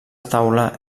taula